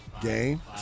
Game